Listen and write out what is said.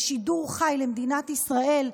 בשידור חי למדינת ישראל,